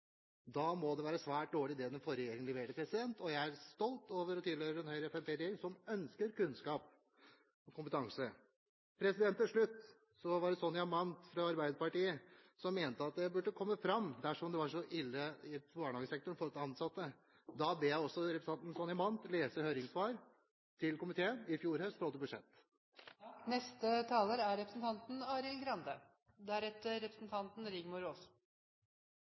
Da må det være svært dårlig det den forrige regjeringen leverte, og jeg er stolt over å tilhøre en Høyre–Fremskrittsparti-regjering som ønsker kunnskap og kompetanse. Til slutt: Sonja Mandt fra Arbeiderpartiet mente det burde komme fram dersom det var så ille for barnehagesektoren når det gjelder de ansatte. Da ber jeg også representanten Sonja Mandt lese høringssvaret til komiteen om budsjettet fra i fjor høst. Først til foregående taler, som er